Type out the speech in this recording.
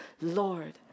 Lord